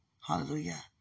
Hallelujah